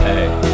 Hey